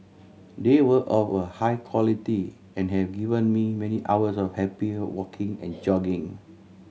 they were of a high quality and have given me many hours of happy walking and jogging